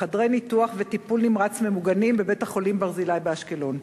חדר ניתוח וחדר טיפול נמרץ ממוגנים בבית-החולים "ברזילי" באשקלון?